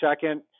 second